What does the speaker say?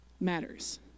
matters